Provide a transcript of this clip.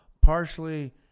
partially